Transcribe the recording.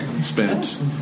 spent